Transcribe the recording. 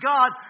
God